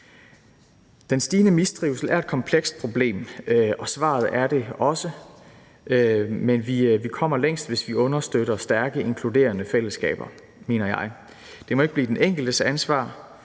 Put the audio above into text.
Den stigende mistrivsel er et komplekst problem, og det gælder også svaret. Men vi kommer længst, hvis vi understøtter stærke inkluderende fællesskaber, mener jeg. Det må ikke blive den enkeltes ansvar;